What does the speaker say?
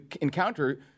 encounter